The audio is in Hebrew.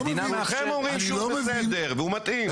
כולכם אומרים שהוא בסדר והוא מתאים.